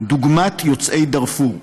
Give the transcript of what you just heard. דוגמת יוצאי דארפור,